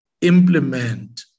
implement